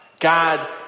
God